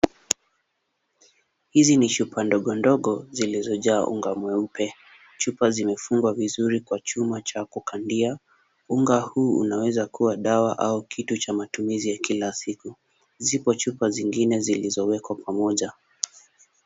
Hizi ni chupa ndogo ndogo zilizojaa unga mweupe. Chupa zimefungwa vizuri kwa chuma cha kukandia. Unga huu unaweza kuwa dawa au kitu cha matumizi ya kila siku. Ziko chupa zingine zilizowekwa pamoja.